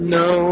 no